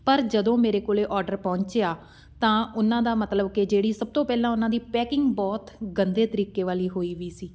ਪਰ ਜਦੋਂ ਮੇਰੇ ਕੋਲ ਔਡਰ ਪਹੁੰਚਿਆ ਤਾਂ ਉਨ੍ਹਾਂ ਦਾ ਮਤਲਬ ਕਿ ਜਿਹੜੀ ਸਭ ਤੋਂ ਪਹਿਲਾਂ ਉਹਨਾਂ ਦੀ ਪੈਕਿੰਗ ਬਹੁਤ ਗੰਦੇ ਤਰੀਕੇ ਵਾਲੀ ਹੋਈ ਵੀ ਸੀ